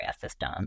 system